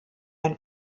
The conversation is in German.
ein